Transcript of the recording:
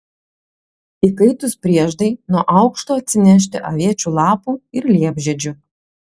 įkaitus prieždai nuo aukšto atsinešti aviečių lapų ir liepžiedžių